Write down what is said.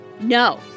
No